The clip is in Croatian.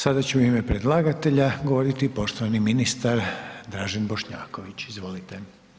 Sada će u ime predlagatelja govoriti poštovani ministar Dražen Bošnjaković, izvolite.